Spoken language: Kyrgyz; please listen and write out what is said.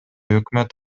өкмөт